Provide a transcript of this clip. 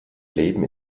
leben